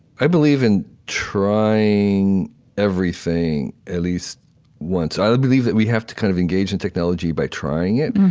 i believe in trying everything at least once. i believe that we have to kind of engage in technology by trying it.